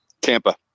Tampa